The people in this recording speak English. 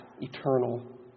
eternal